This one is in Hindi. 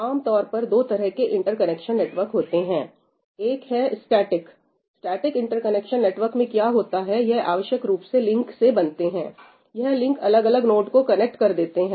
आमतौर पर दो तरह के इंटरकनेक्शन नेटवर्क होते हैं एक है स्टैटिक स्टैटिक इंटरकनेक्शन नेटवर्क में क्या होता है यह आवश्यक रूप से लिंक से बनते हैं यह लिंक अलग अलग नोड को कनेक्ट कर देते हैं